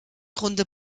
runde